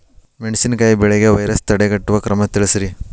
ಮೆಣಸಿನಕಾಯಿ ಬೆಳೆಗೆ ವೈರಸ್ ತಡೆಗಟ್ಟುವ ಕ್ರಮ ತಿಳಸ್ರಿ